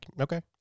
Okay